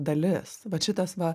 dalis vat šitas va